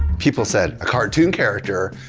people said, a cartoon character?